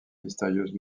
mystérieuse